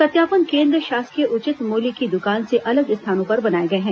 सत्यापन केन्द्र शासकीय उचित मूल्य की दुकान से अलग स्थानों पर बनाए गए हैं